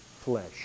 flesh